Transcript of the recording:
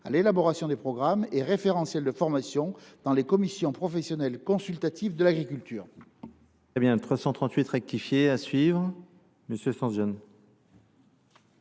à l’élaboration des programmes et référentiels de formation dans les commissions professionnelles consultatives de l’agriculture.